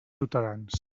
ciutadans